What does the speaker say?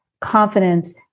confidence